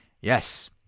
Yes